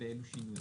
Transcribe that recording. ובאילו שינויים.